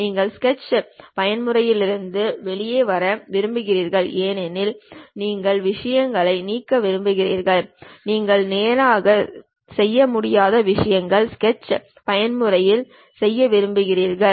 நீங்கள் ஸ்கெட்ச் பயன்முறையிலிருந்து வெளியே வர விரும்புகிறீர்கள் ஏனெனில் நீங்கள் விஷயங்களை நீக்க விரும்புகிறீர்கள் நீங்கள் நேராக செய்ய முடியாத விஷயங்களை ஸ்கெட்ச் பயன்முறையில் செய்ய விரும்புகிறீர்கள்